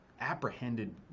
apprehended